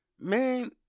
Man